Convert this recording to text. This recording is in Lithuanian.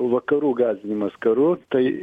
vakarų gąsdinimas karu tai